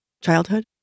childhood